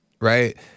right